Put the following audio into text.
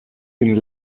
been